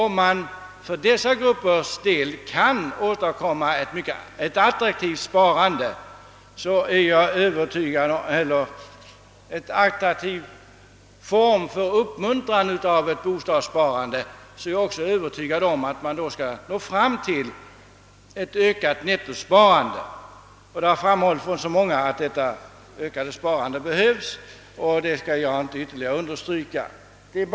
Jag är också övertygad om att ifall vi för dessa gruppers del kan åstadkomma en attraktiv form för uppmuntrande av ett bostadssparande, så går det att nå fram till ett ökat nettosparande. Att ett ökat sparande behövs har framhållits av så många, att jag inte ytterligare skall understryka saken.